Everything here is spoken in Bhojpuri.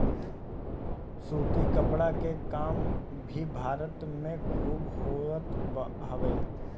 सूती कपड़ा के काम भी भारत में खूब होखत हवे